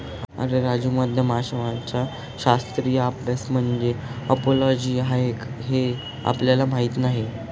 अरे राजू, मधमाशांचा शास्त्रीय अभ्यास म्हणजे एपिओलॉजी आहे हे आपल्याला माहीत नाही